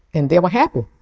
and they were happy.